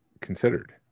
considered